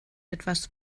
etwas